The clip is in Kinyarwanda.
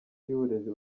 y’uburezi